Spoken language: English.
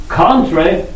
contrary